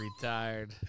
Retired